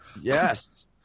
Yes